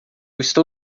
estou